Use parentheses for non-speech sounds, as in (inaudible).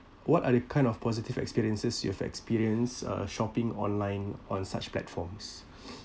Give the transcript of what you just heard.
what are the kind of positive experiences you have experienced uh shopping online on such platforms (noise)